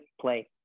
play